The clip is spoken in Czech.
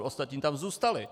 Ostatní tam zůstaly.